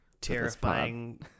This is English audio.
Terrifying